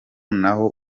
n’aho